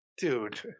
dude